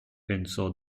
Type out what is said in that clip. pensò